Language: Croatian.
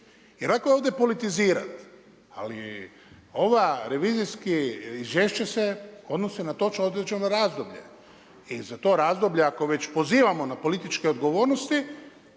I lako je ovdje politizirati, ali ova revizijska izvješća se odnose na točno određeno razdoblje. I za to razdoblje ako već pozivamo na političke odgovornosti